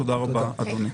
תודה רבה, אדוני.